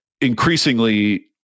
increasingly